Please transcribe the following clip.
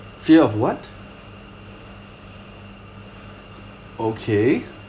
fear of what okay